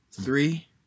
Three